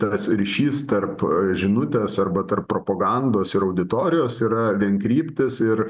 tas ryšys tarp žinutės arba tarp propagandos ir auditorijos yra vienkryptis ir